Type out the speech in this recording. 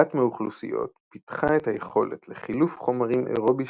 אחת מהאוכלוסיות פיתחה את היכולת לחילוף חומרים אירובי